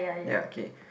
ya okay